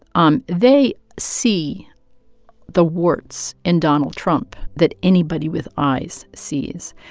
um they see the warts in donald trump that anybody with eyes sees.